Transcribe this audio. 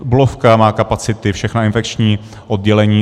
Bulovka má kapacity, všechna infekční oddělení.